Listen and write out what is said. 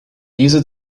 dieser